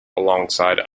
alongside